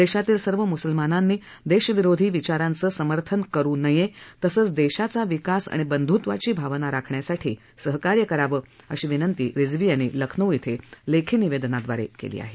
देशातील सर्व मुस्लिमानांनी देशविरोधी विचाराचं समर्थन करुन नये तसंच देशाचा विकास आणि बंध्त्वाची भावना राखण्यासाठी सहकार्य करावं अशी विनंती रिजवी यांनी लखनऊ इथे लेखी निवेदनाद्वारे केली आहे